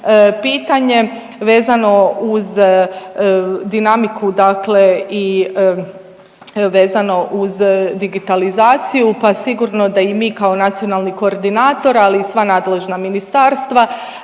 pitanje vezano uz dinamiku dakle i vezano uz digitalizaciju, pa sigurno da i mi kao nacionalni koordinator, ali i sva nadležna ministarstva